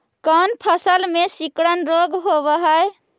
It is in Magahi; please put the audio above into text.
कोन फ़सल में सिकुड़न रोग होब है?